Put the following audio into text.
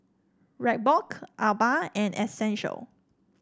Reebok Alba and Essential